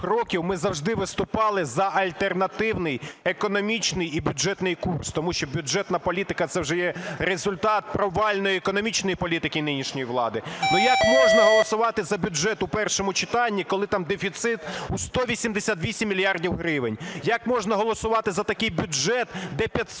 років ми завжди виступали за альтернативний економічний і бюджетний курс. Тому що бюджетна політика – це вже є результат провальної економічної політики нинішньої влади. Ну, як можна голосувати за бюджет у першому читанні, коли там дефіцит у 188 мільярдів гривень? Як можна голосувати за такий бюджет, де 571